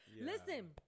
Listen